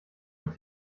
und